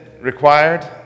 required